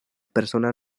persona